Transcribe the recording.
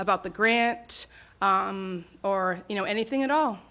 about the grants or you know anything at all